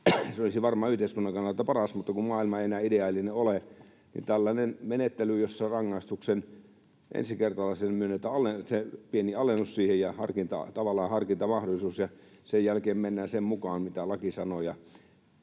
Se olisi varmaan yhteiskunnan kannalta paras. Mutta kun maailma ei näin ideaalinen ole, niin on tällainen menettely, jossa ensikertalaiselle myönnetään rangaistukseen se pieni alennus ja tavallaan harkintamahdollisuus ja sen jälkeen mennään sen mukaan, mitä laki sanoo.